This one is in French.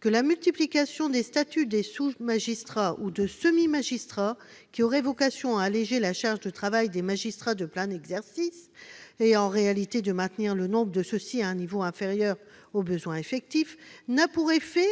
que la multiplication des statuts de « sous-magistrat » ou de « semi-magistrat » qui auraient vocation à alléger la charge de travail des magistrats de plein exercice, et en réalité à maintenir le nombre de ceux-ci à un niveau inférieur aux besoins effectifs, n'a pour effet